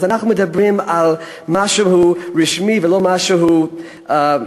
אז אנחנו מדברים על משהו רשמי, ולא משהו מקרי.